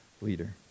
leader